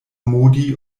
modi